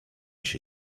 się